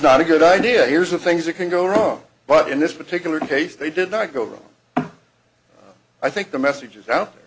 not a good idea here's a things that can go wrong but in this particular case they did not go over i think the message is out